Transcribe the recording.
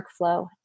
workflow